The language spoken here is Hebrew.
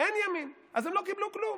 אין ימין, אז הם לא קיבלו כלום.